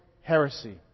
heresy